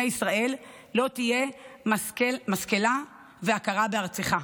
ישראל: "לא תהיה משכלה ועקרה בארצך".